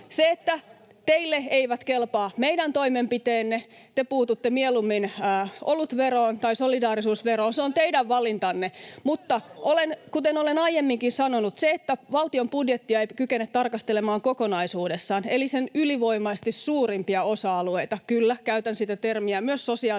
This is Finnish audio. Se, että teille eivät kelpaa meidän toimenpiteemme, te puututte mieluummin olutveroon tai solidaarisuusveroon, on teidän valintanne, [Kimmo Kiljunen: Arvovalintoja!] mutta kuten olen aiemminkin sanonut, niin jos valtion budjettia ei kykene tarkastelemaan kokonaisuudessaan eli sen ylivoimaisesti suurimpia osa-alueita — kyllä, käytän myös sitä termiä ”sosiaalivaltio”,